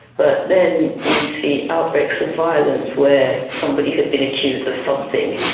but then you'd see outbreaks of violence where somebody had been accused of something,